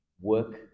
work